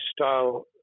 style